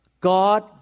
God